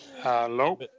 hello